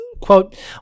quote